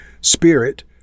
spirit